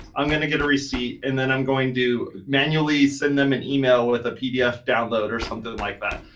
i'm gonna get a receipt and then i'm going to manually send them an email with a pdf download, or something like that.